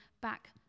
back